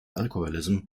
alcoholism